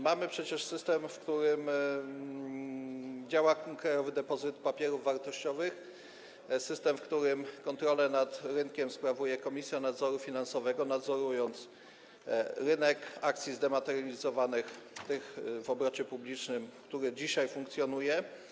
Mamy przecież system, w którym działa Krajowy Depozyt Papierów Wartościowych, system, w którym kontrolę nad rynkiem sprawuje Komisja Nadzoru Finansowego, nadzorując rynek akcji zdematerializowanych, tych w obrocie publicznym, który dzisiaj funkcjonuje.